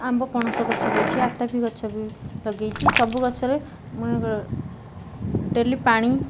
ଆମ୍ବ ପଣସ ଗଛ ବି ଅଛି ଆତାପି ଗଛ ବି ଲଗେଇଛି ସବୁ ଗଛରେ ମୁଁ ଡେଲି ପାଣି